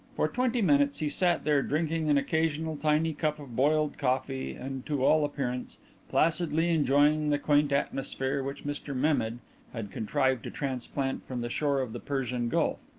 for twenty minutes he sat there, drinking an occasional tiny cup of boiled coffee and to all appearance placidly enjoying the quaint atmosphere which mr mehmed had had contrived to transplant from the shore of the persian gulf.